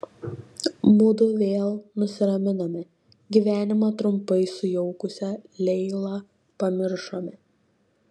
mudu vėl nusiraminome gyvenimą trumpai sujaukusią leilą pamiršome